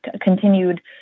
continued